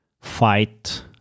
fight